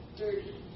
dirty